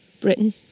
Britain